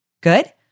Good